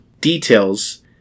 details